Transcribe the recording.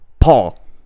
Paul